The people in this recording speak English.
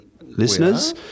listeners